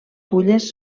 fulles